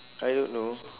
I don't know